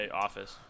office